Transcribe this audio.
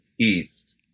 east